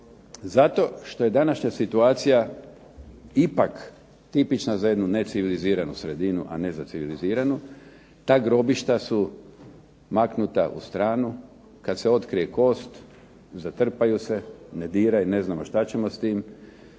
Zato što je današnja situacija ipak tipična za jednu neciviliziranu sredinu, a ne za civiliziranu. Ta grobišta su maknuta u stranu, kad se otkrije kost, zatrpaju se, ne diraj, ne znamo šta ćemo s tim.